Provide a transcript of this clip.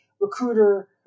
recruiter